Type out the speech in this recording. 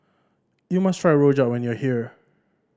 you must try rojak when you are here